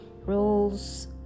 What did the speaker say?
Rules